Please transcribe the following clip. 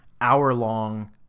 hour-long